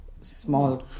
Small